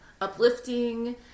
uplifting